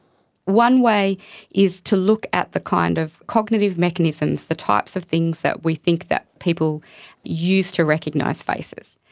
one way is to look at the kind of cognitive mechanisms, the types of things that we think that people use to recognise faces.